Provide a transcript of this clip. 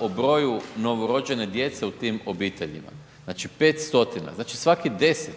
o broju novorođene djece u tim obiteljima. Znači 5 stotine. Znači svaki 10.